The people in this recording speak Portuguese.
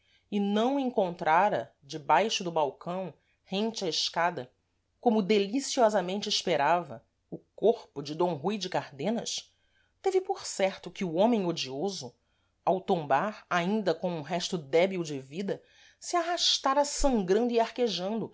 e não encontrara debaixo do balcão rente à escada como deliciosamente esperava o corpo de d rui de cardenas teve por certo que o homem odioso ao tombar ainda com um resto débil de vida se arrastara sangrando e arquejando